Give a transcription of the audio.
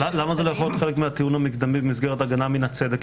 --- למה זה לא יכול להיות חלק מהטיעון המקדמי במסגרת הגנה מן הצדק,